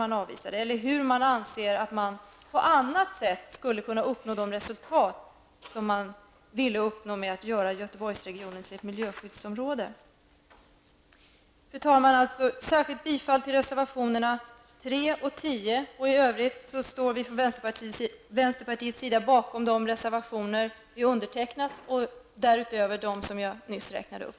Man förklarar inte heller hur man anser att de resultat som var avsikten med att göra Göteborgsregionen till ett miljöskyddsområde på annat sätt skulle kunna uppnås. Fru talman! Jag yrkar alltså särskilt bifall till reservationerna 3 och 10. Därutöver står vi från vänsterpartiets sida bakom de reservationer vi har undertecknat, och därutöver dem som jag nyss räknade upp.